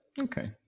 okay